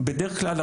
בדרך כלל,